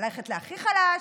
ללכת להכי חלש,